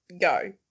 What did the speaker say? Go